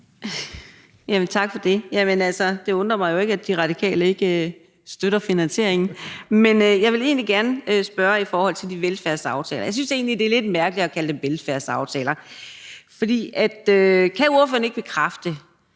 Tak for det. Det undrer mig jo ikke, at De Radikale ikke støtter finansieringen. Men jeg vil gerne spørge til velfærdsaftalerne. Jeg synes egentlig, det er lidt mærkeligt at kalde dem velfærdsaftaler, for kan ordføreren ikke bekræfte,